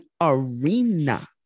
arena